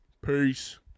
Peace